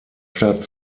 statt